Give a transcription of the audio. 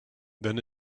then